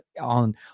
on